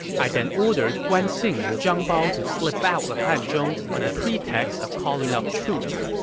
i then ordered guan xing and zhang bao to slip out of hanzhong on the pretext of calling up troops.